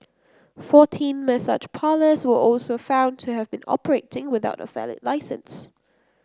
fourteen massage parlours were also found to have been operating without a valid licence